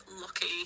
lucky